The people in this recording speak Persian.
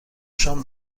شام